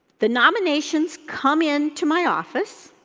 the nominations come in to my office,